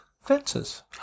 fences